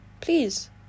please